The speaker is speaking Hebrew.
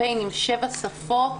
בשבע שפות,